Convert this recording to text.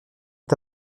est